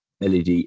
LED